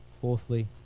fourthly